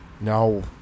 No